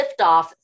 liftoff